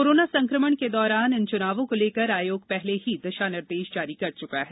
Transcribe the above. corona संक्रमण के दौरान इन चुनावों को लेकर आयोग पहले ही दिशानिर्देश जारी कर चुका है